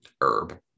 Herb